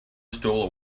stole